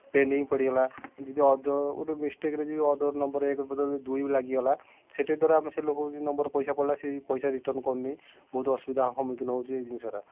pending ପଡ଼ିଗଲା ଯଦି ଅଦ ମିସଟେକ୍ରେ ଯଦି ଅଦର୍ ନମ୍ବର୍ରେ ଏକ ବଦଳରେ ଦୁଇ ଲାଗିଗଲା ସେଠି ଧର ଆମେ ସେ ଲୋକକୁ ଯୋଉ ନମ୍ବର୍ ପଇସା ପଳେଇଲା ସେ ପଇସା ରିଟର୍ଣ୍ଣ କରୁନି ବହୁତ ଅସୁବିଧା ସମ୍ମୁଖୀନ ହେଉଛି ଏଇ ଜିନିଷଟା